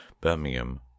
Birmingham